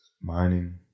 mining